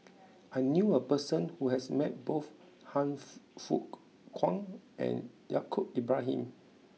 I knew a person who has met both Han Fook Kwang and Yaacob Ibrahim